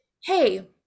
hey